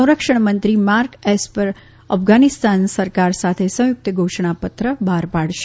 સંરક્ષણ મંત્રી Mark Esper Afghanistan સરકાર સાથે સંયુકત ઘોષણાપત્ર બહાર પાડશે